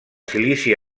silici